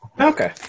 Okay